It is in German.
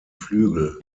flügel